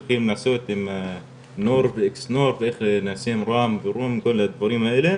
צריך לעשות גם נורד, ראם ורום כל הדברים האלה